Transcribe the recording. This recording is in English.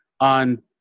on